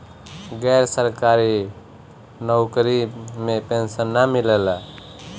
गैर सरकारी नउकरी में पेंशन ना मिलेला